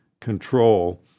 control